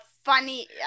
funny